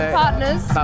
partners